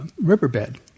riverbed